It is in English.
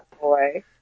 boy